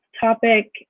topic